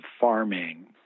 farming